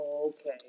Okay